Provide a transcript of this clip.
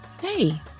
hey